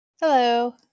Hello